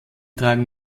tragen